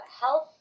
health